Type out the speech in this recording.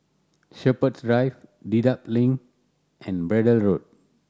Shepherds Drive Dedap Link and Braddell Road